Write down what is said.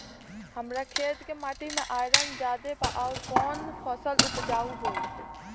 हमरा खेत के माटी मे आयरन जादे बा आउर कौन फसल उपजाऊ होइ?